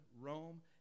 Rome